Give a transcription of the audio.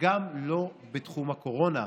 וגם לא בתחום הקורונה,